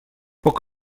poc